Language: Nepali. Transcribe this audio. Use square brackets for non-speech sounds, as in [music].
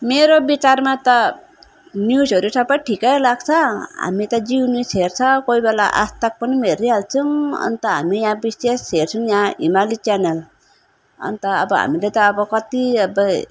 मेरो विचारमा त न्युजहरू सबै ठिकै लाग्छ हामी त जी न्युज हेर्छ कोही बेला आजतक पनि हेरिहाल्छौँ अन्त हामी यहाँ विशेष हेर्छौँ यहाँ हिमाली च्यानल अन्त हामीले त अब कति [unintelligible]